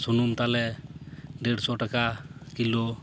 ᱥᱩᱱᱩᱢ ᱛᱟᱞᱮ ᱰᱮᱲᱥᱚ ᱴᱟᱠᱟ ᱠᱤᱞᱳ